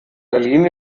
berlin